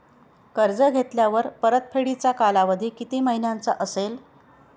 कर्ज घेतल्यावर परतफेडीचा कालावधी किती महिन्यांचा असेल?